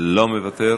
לא מוותר.